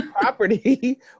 property